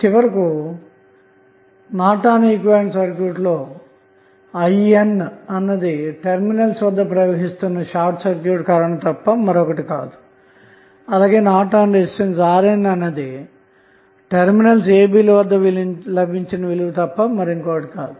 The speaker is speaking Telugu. కాబట్టి చివరకు నార్టన్ ఈక్వివలెంట్ సర్క్యూట్ లో IN అన్నది టెర్మినల్స్ వద్ద ప్రవహిస్తున్న షార్ట్ సర్క్యూట్ కరెంటు తప్ప మరొకటి కాదు అలాగే నార్టన్ రెసిస్టెన్స్ RN అన్నది టెర్మినల్స్ ab ల వద్ద లభించిన విలువ తప్ప మరొకటి కాదు